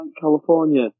California